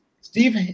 Steve